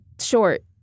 short